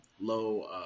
low